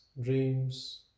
dreams